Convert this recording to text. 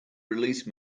release